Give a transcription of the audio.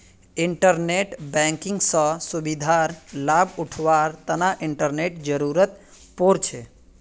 internet banking स सुविधार लाभ उठावार तना इंटरनेटेर जरुरत पोर छे